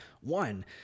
one